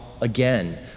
again